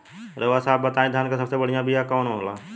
रउआ आप सब बताई धान क सबसे बढ़ियां बिया कवन होला?